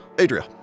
Adria